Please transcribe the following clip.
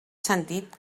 sentit